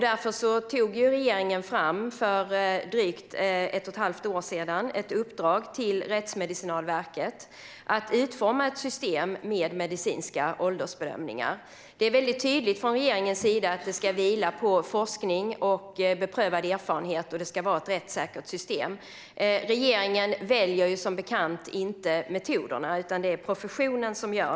Därför gav regeringen för drygt ett och ett halvt år sedan ett uppdrag till Rättsmedicinalverket att utforma ett system med medicinska åldersbedömningar. Regeringen är tydlig med att detta ska vila på forskning och beprövad erfarenhet och att det ska vara ett rättssäkert system. Som bekant väljer regeringen inte metoderna, utan det görs av professionen.